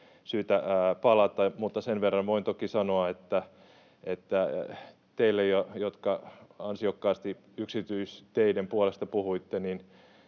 syytä palata. Mutta sen verran voin toki sanoa teille, jotka ansiokkaasti yksityisteiden puolesta puhuitte,